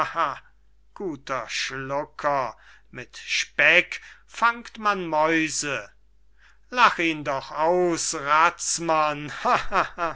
guter schlucker mit speck fängt man mäuse lach ihn doch aus